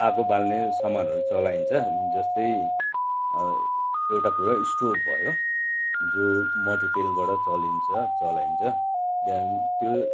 आगो बाल्ने सामानहरू चलाइन्छ जस्तै एउटा कुरा स्टोभ भयो जो मट्टी तेलबाट चलिन्छ चलाइन्छ त्यहाँदेखि त्यो